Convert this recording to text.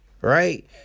right